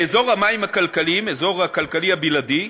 באזור המים הכלכליים, האזור הכלכלי הבלעדי,